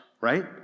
right